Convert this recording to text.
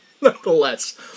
Nonetheless